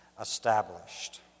established